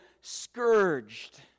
scourged